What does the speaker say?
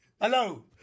Hello